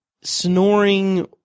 snoring